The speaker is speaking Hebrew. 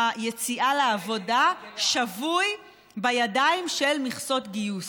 היציאה לעבודה שבוי בידיים של מכסות גיוס.